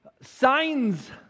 Signs